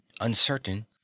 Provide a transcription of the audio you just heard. uncertain